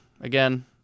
again